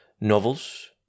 novels